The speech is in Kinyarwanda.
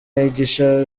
yigisha